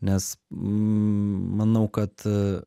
nes manau kad